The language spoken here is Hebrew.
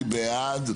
מי בעד?